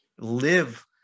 live